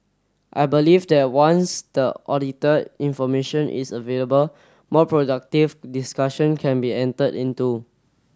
I believe that once the audited information is available more productive discussion can be enter into